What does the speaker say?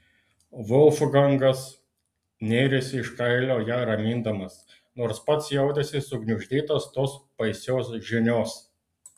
volfgangas nėrėsi iš kailio ją ramindamas nors pats jautėsi sugniuždytas tos baisios žinios